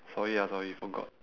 sorry ah sorry forgot